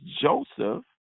Joseph